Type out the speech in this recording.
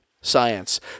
science